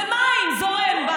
זה מים, זורם.